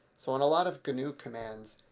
so on a lot of gnu commands,